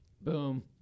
boom